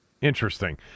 Interesting